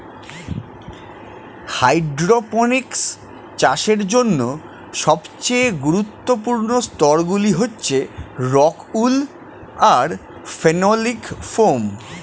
hydroponics চাষের জন্য সবচেয়ে গুরুত্বপূর্ণ স্তরগুলি হচ্ছে রক্ উল আর ফেনোলিক ফোম